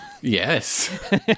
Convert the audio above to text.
yes